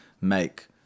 make